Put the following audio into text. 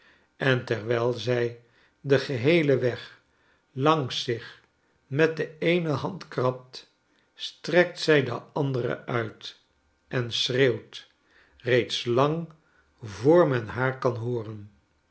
en terwijl zij den geheelen wg langs zich met de eene hand krabt strekt zij de andere uit en schreeuwt reeds lang voor men haar kan hooren